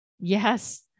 Yes